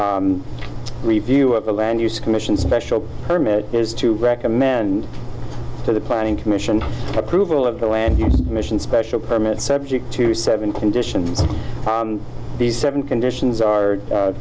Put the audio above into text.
review of the land use commission special permit is to recommend to the planning commission approval of the land mission special permit subject to seven conditions these seven conditions are